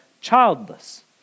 childless